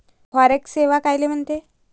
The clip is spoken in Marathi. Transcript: फॉरेक्स सेवा कायले म्हनते?